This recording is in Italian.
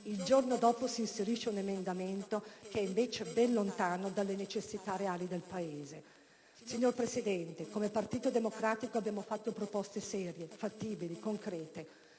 il giorno dopo s'inserisce un emendamento che invece è ben lontano dalle necessità reali del Paese. Signor Presidente, come Partito Democratico abbiamo fatto proposte serie, fattibili, concrete.